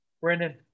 brendan